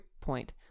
point